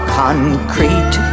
concrete